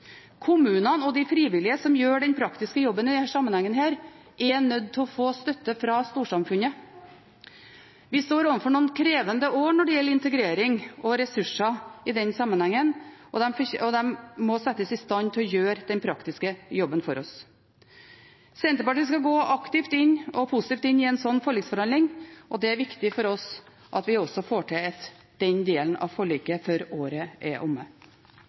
Kommunene og de frivillige som gjør den praktiske jobben i denne sammenhengen, er nødt til å få støtte fra storsamfunnet. Vi står overfor noen krevende år når det gjelder integrering og ressurser i den sammenhengen, og de må settes i stand til å gjøre den praktiske jobben for oss. Senterpartiet skal gå aktivt og positivt inn i en sånn forliksforhandling, og det er viktig for oss at vi også får til den delen av forliket før året er omme.